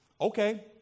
Okay